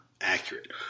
accurate